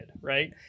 right